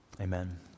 Amen